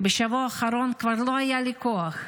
בשבוע האחרון כבר לא היה לי כוח.